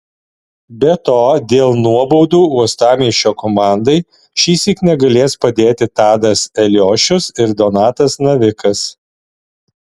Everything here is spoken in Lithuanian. be to dėl nuobaudų uostamiesčio komandai šįsyk negalės padėti tadas eliošius ir donatas navikas